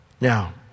Now